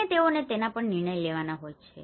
અને તેઓને તેના પર નિર્ણય લેવાના હોય છે